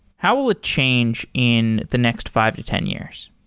how will it change in the next five to ten years?